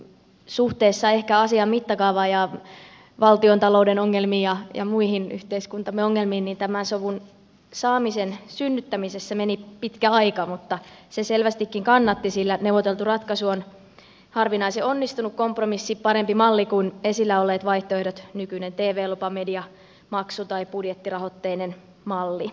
suhteessa ehkä asian mittakaavaan ja valtiontalouden ongelmiin ja muihin yhteiskuntamme ongelmiin tämän sovun saamisen synnyttämisessä meni pitkä aika mutta se selvästikin kannatti sillä neuvoteltu ratkaisu on harvinaisen onnistunut kompromissi parempi malli kuin esillä olleet vaihtoehdot nykyinen tv lupa mediamaksu tai budjettirahoitteinen malli olisivat